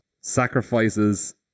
sacrifices